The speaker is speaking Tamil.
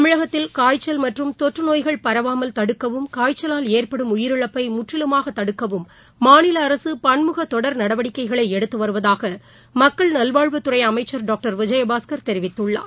தமிழகத்தில் காய்ச்சல் மற்றும் தொற்றுநோய்கள் பரவாமல் தடுக்கவும் காய்ச்சலால் ஏற்படும் உயிரிழப்பைமுற்றிலுமாகதடுக்கவும் மாநிலஅரசுபன்முகதொடர் நடவடிக்கைகளைஎடுத்துவருவதாகமக்கள் நல்வாழ்வுத் துறைஅமைச்சர் டாக்டர் விஜயபாஸ்கர் தெரிவித்துள்ளார்